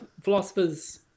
philosophers